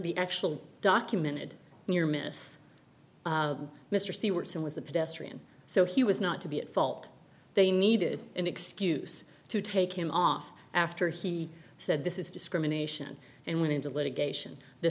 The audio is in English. the actual documented near miss mr c works and was a pedestrian so he was not to be at fault they needed an excuse to take him off after he said this is discrimination and went into litigation the